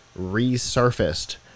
resurfaced